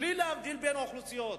בלי להבדיל בין האוכלוסיות,